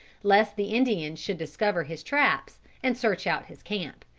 lest the indians should discover his traps and search out his camp.